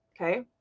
Okay